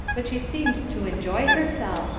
but she seemed to enjoy herself,